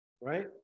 right